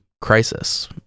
Crisis